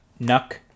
Nuck